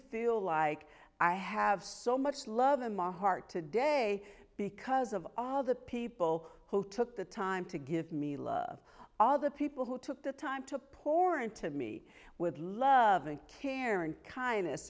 feel like i have so much love in my heart today because of all the people who took the time to give me love all the people who took the time to pour into me with love and care and kindness